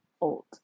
old